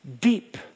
deep